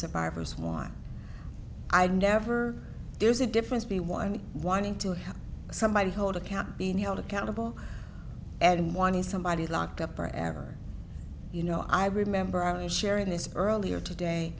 survivors want i never there's a difference be one wanting to help somebody hold account being held accountable and wanting somebody locked up forever you know i remember i mean sharing this earlier today